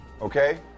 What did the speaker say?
okay